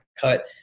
cut